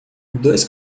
dois